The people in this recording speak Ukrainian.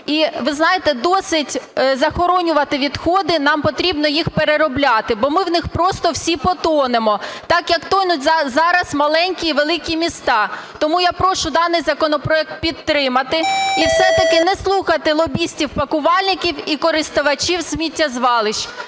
І ви знаєте, досить захоронювати відходи, нам потрібно їх переробляти, бо ми в них просто всі потонемо, так як тонуть зараз маленькі і великі міста. Тому я прошу даний законопроект підтримати і все-таки не слухати лобістів-пакувальників і користувачів сміттєзвалищ.